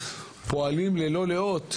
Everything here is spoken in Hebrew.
פועלים ללא לאות,